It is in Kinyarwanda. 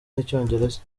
n’icyongereza